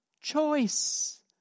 choice